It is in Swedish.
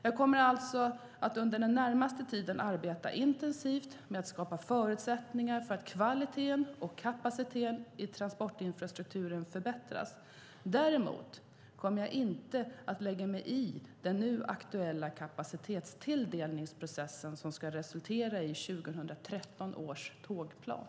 Jag kommer alltså att under den närmaste tiden arbeta intensivt med att skapa förutsättningar för att kvaliteten och kapaciteten i transportinfrastrukturen förbättras. Däremot kommer jag inte att lägga mig i den nu aktuella kapacitetstilldelningsprocess som ska resultera i 2013 års tågplan.